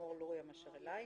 ללימור לוריא מאשר אלי.